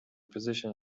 position